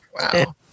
Wow